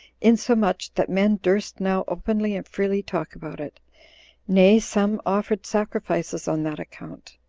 insomuch that men durst now openly and freely talk about it nay, some offered sacrifices on that account.